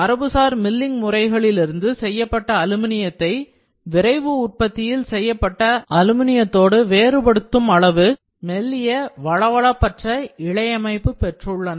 மரபுசார் milling முறைகளிலிருந்து செய்யப்பட்ட அலுமினியத்தை விரைவு உற்பத்தியில் செய்யப்பட்ட அலுமினியத்தோடு வேறுபடுத்தும் அளவு மெல்லிய வழவழப்பற்ற இழையமைப்பு பெற்றுள்ளன